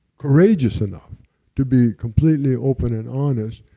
courageous enough to be completely open and honest,